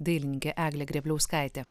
dailininkė eglė grėbliauskaitė